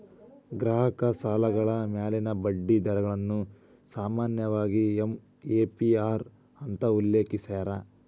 ಗ್ರಾಹಕ ಸಾಲಗಳ ಮ್ಯಾಲಿನ ಬಡ್ಡಿ ದರಗಳನ್ನ ಸಾಮಾನ್ಯವಾಗಿ ಎ.ಪಿ.ಅರ್ ಅಂತ ಉಲ್ಲೇಖಿಸ್ಯಾರ